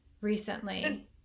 recently